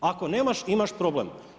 Ako nemaš, imaš problem.